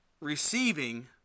receiving